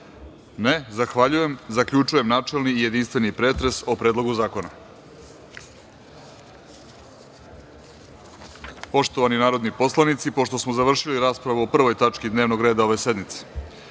(Ne)Zahvaljujem. Zaključujem načelni i jedinstveni pretres o Predlogu zakona. Poštovani narodni poslanici, pošto smo završili raspravu o Prvoj tački dnevnog reda ove sednice,